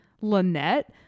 Lynette